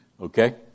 Okay